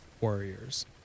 warriors